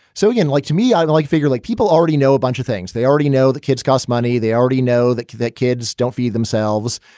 so in like to me, i like figure like people already know a bunch of things, they already know the kids cost money, they already know that that kids don't feed themselves.